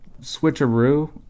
switcheroo